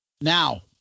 Now